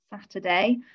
Saturday